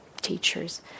teachers